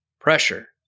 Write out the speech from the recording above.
pressure